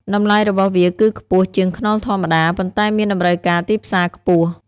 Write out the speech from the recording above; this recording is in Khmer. តម្លៃរបស់វាគឺខ្ពស់ជាងខ្នុរធម្មតា ប៉ុន្តែមានតម្រូវការទីផ្សារខ្ពស់។